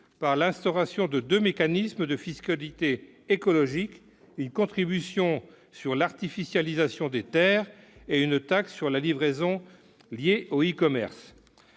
par l'instauration de deux mécanismes de fiscalité écologique : une contribution sur l'artificialisation des terres et une taxe sur la livraison liée au e-commerce.